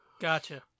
Gotcha